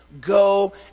go